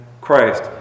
christ